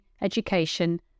education